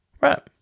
Right